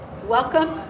Welcome